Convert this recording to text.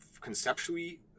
conceptually